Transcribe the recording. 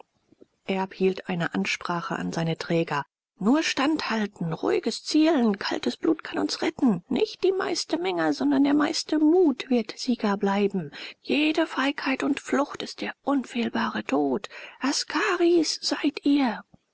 erb hielt eine ansprache an seine träger nur standhalten ruhiges zielen kaltes blut kann uns retten nicht die meiste menge sondern der meiste mut wird sieger bleiben jede feigheit und flucht ist der unfehlbare tod askaris seid ihr